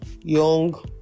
Young